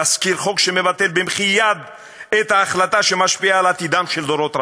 תזכיר חוק שמבטל במחי יד את ההחלטה שמשפיעה על עתידם של דורות רבים.